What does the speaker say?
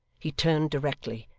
he turned directly,